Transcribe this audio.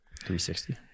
360